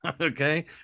Okay